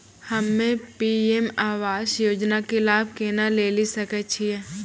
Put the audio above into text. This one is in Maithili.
हम्मे पी.एम आवास योजना के लाभ केना लेली सकै छियै?